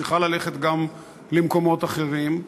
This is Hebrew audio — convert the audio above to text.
צריכה ללכת גם למקומות אחרים.